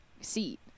seat